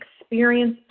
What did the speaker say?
experience